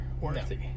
worthy